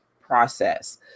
process